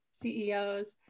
CEOs